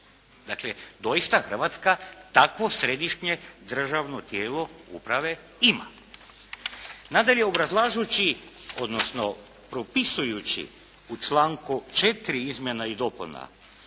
Dakle doista Hrvatska takvo središnje državno tijelo upravo ima. Nadalje obrazlažući, odnosno propisujući u članku 4. izmjena i dopuna,